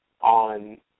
on